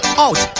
out